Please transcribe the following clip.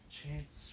Chance